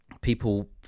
people